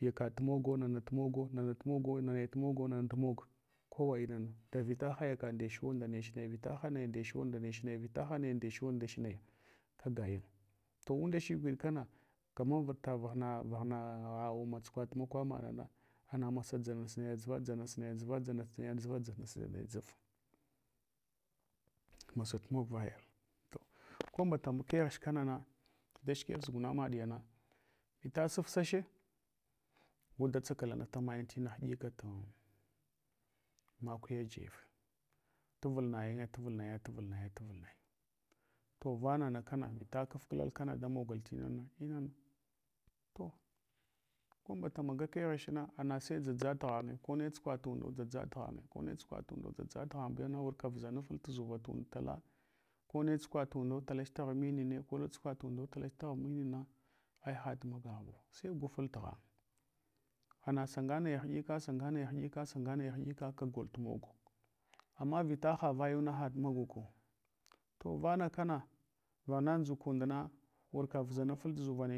yakaɗ tumogo, nana tumog, nana tomogo noya tumogo, nana tumog. Kowa ndinana to vita hayakaɗ nde chuwa, ndech naya vita hanaya nde chuwa, nda nech naya, vita hanaya nde chuwa ndech naya. Kagaying to undashakwiɗ kana kaman vata vaghna na uma tsukwat makwamaɗna na ana masa dʒanas naya dʒuva, dʒanas naya dʒuv. Masatu mog vayal, to ko mbatama keghch kana na dashkef ʒuguna maɗya na, vita sufsache guda tsakala nafta mayin tina hiɗikatu makuya jef, tuval nayinye tuvul naya, tuvul naya. To vanana kana vita kafklal kana damagal tnana to ko mbata maga kakeghchna ana ai dʒadʒat. Ghanyo kane tsuhuwa tunda dʒadʒat ghanye kone tsuhuwa tunda dʒdʒat ghan bewna, wurka vuʒanafat tuʒura tund tala, kone tsu kwa tamdo talach taghan minine. Kone tsukwa tundo talach taghan minin na, ai hat magavawa, sai gwaful tughanye ana sanga naya hiɗika, sanga naya hɗ ka, sanga naya hnɗika kagol tumogo. Ama vita havayuna, haɗ maguku. To vana kana vaghna nʒukund na wurka vuʒanu ful tudʒuva.